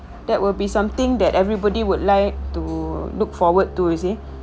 that will be something that everybody would like to look forward to you see